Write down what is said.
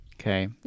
Okay